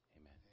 Amen